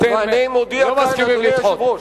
אתם לא מסכימים לדחות?